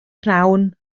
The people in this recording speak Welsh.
pnawn